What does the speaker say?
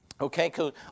Okay